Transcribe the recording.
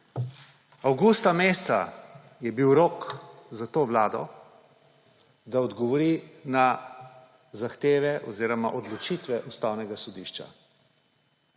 Avgusta meseca je bil rok za to vlado, da odgovori na zahteve oziroma odločitve Ustavnega sodišča.